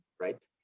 right